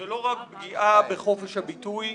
זו לא פגיעה בחופש הביטוי,